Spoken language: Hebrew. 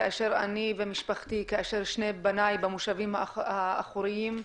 כאשר שני בני שישבו במושב האחורי ואני,